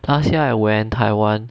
last year I went taiwan